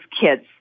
kids